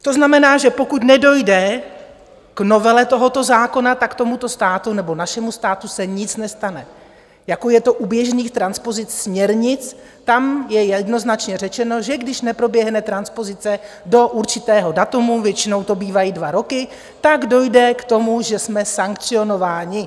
To znamená, že pokud nedojde k novele tohoto zákona, tomuto státu nebo našemu státu se nic nestane, jako je to u běžných transpozic směrnic tam je jednoznačně řečeno, že když neproběhne transpozice do určitého data, většinou to bývají dva roky, dojde k tomu, že jsme sankcionováni.